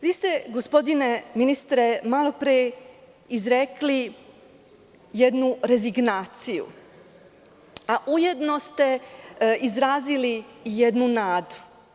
Vi ste, gospodine ministre, malo pre izrekli jednu rezignaciju, a ujedno ste izrazili i jednu nadu.